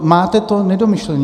Máte to nedomyšlené.